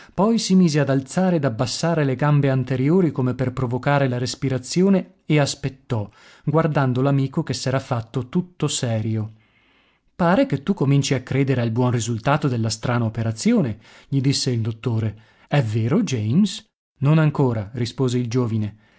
poi si mise ad alzare ed abbassare le gambe anteriori come per provocare la respirazione e aspettò guardando l'amico che s'era fatto tutto serio pare che tu cominci a credere al buon risultato della strana operazione gli disse il dottore è vero james non ancora rispose il giovine